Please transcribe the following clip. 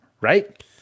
right